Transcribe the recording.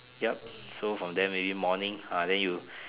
yup so from there maybe morning ah then you